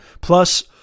plus